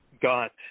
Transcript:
got